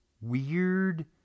weird